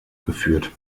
geführt